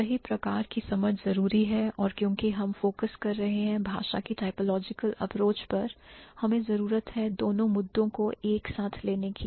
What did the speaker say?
सही प्रकार की समझ जरूरी है और क्योंकि हम फोकस कर रहे हैं भाषा की typological approach पर हमें जरूरत है दोनों मुद्दों को एक साथ लेने की